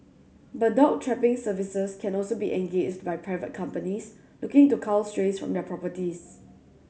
but dog trapping services can also be engaged by private companies looking to cull strays from their properties